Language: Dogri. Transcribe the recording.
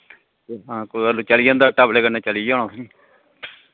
कुतै चली जंदा टपले कन्नै चलिया होना तुसेंई